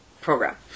program